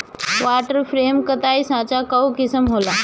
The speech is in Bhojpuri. वाटर फ्रेम कताई साँचा कअ किसिम होला